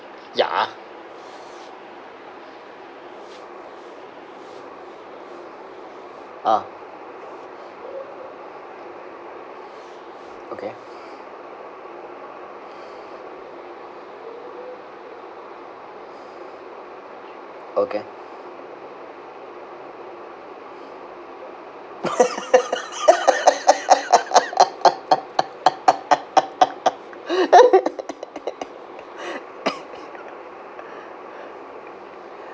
ya ah okay okay